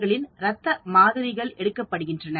அவர்களின் ரத்த மாதிரிகள் எடுக்கப்படுகின்றன